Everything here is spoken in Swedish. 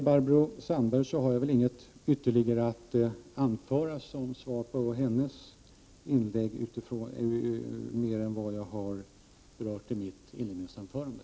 Jag har inget ytterligare att anföra som svar på Barbro Sandbergs inlägg mer än vad jag har berört i mitt inledningsanförande.